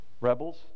rebels